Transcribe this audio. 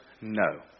no